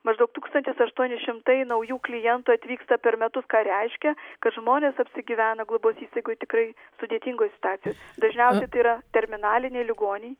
maždaug tūkstantis aštuoni šimtai naujų klientų atvyksta per metus ką reiškia kad žmonės apsigyvena globos įstaigoj tikrai sudėtingoj situacijoj dažniausiai tai yra terminaliniai ligoniai